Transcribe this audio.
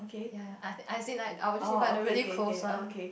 ya ya I I as in like I would just invite the really close one